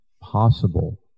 possible